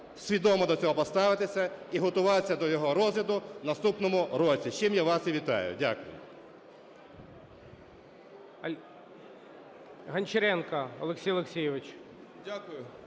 свідомо до цього поставитися, і готуватися до його розгляду в наступному році. З чим я вас і вітаю. Дякую.